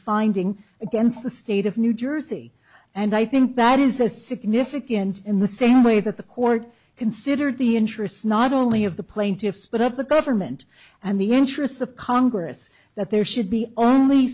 finding against the state of new jersey and i think that is a significant in the same way that the court considered the interests not only of the plaintiffs but of the government and the interests of congress that there should be only